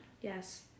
Yes